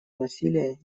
насилие